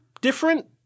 different